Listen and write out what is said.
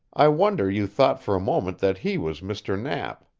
i wonder you thought for a moment that he was mr. knapp.